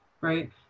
right